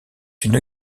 une